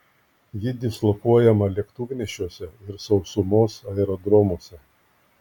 ji dislokuojama lėktuvnešiuose ir sausumos aerodromuose